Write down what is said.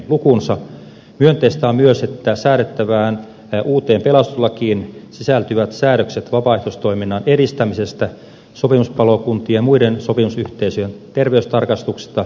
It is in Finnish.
myönteistä on myös että säädettävään uuteen pelastuslakiin sisältyvät säännökset vapaaehtoistoiminnan edistämisestä sopimuspalokuntien ja muiden sopimusyhteisöjen terveystarkastuksista ja työturvallisuudesta